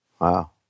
Wow